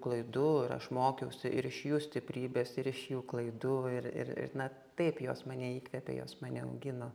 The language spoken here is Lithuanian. klaidų ir aš mokiausi ir iš jų stiprybės ir iš jų klaidų ir ir na taip jos mane įkvėpė jos mane augino